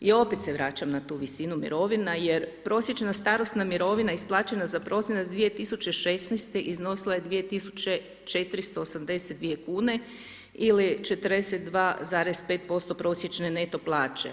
I opet se vraćam na tu visinu mirovina, jer prosječna starosna mirovina isplaćena za prosinac 2016. iznosila je 2482 kn ili 42,5% prosječne neto plaće.